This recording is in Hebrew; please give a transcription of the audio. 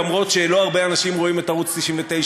למרות שלא הרבה אנשים רואים את ערוץ 99,